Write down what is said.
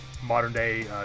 modern-day